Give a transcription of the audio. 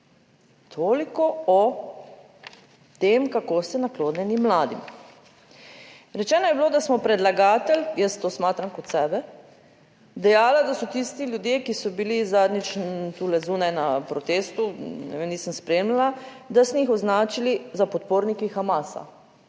Toliko o tem kako ste naklonjeni mladim. Rečeno je bilo, da smo predlagatelj, jaz to smatram kot sebe, dejala, da so tisti ljudje, ki so bili zadnjič tule zunaj na protestu, ne vem, nisem spremljala, da smo jih označili za podporniki Hamasa.